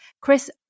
Chris